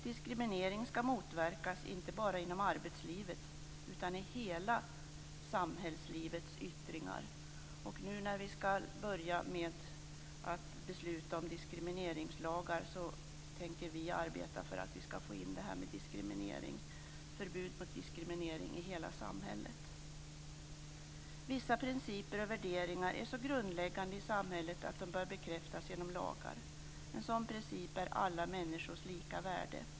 Diskriminering skall motverkas inte bara inom arbetslivet utan i hela samhällslivets yttringar. När vi nu skall börja med att besluta om diskrimineringslagar tänker vi arbeta för att få in förbud mot diskriminering i hela samhället. Vissa principer och värderingar är så grundläggande i samhället att de bör bekräftas genom lagar. En sådan princip är alla människors lika värde.